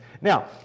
now